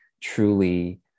truly